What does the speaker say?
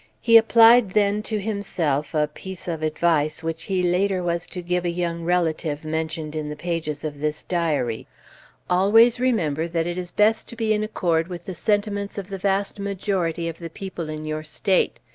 he applied then to himself a piece of advice which he later was to give a young relative mentioned in the pages of this diary always remember that it is best to be in accord with the sentiments of the vast majority of the people in your state.